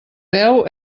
veu